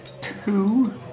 Two